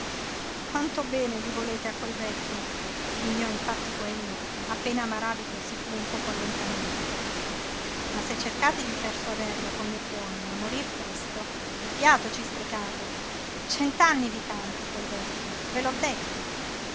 quanto bene gli volete a quel vecchio sghignò infatti quello appena maràbito si fu un poco allontanato ma se cercate di persuaderlo con le buone a morir presto il fiato ci sprecate cent'anni vi campa quel vecchio ve l'ho detto